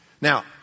Now